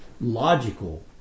logical